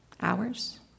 Hours